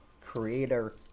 creator